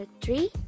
three